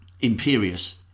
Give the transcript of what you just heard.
imperious